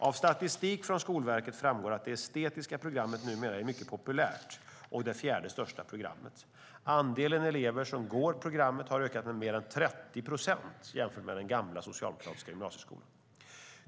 Av statistik från Skolverket framgår att det estetiska programmet numera är mycket populärt och är det fjärde största programmet. Andelen elever som går programmet har ökat med mer än 30 procent jämfört med den gamla, socialdemokratiska gymnasieskolan.